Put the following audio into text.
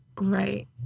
Right